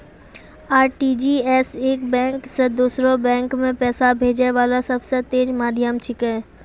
RTGS एक bank से दोसरो बैंक मे पैसा भेजै वाला सबसे तेज माध्यम छिकै